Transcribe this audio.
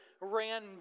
ran